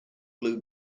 blue